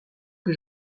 que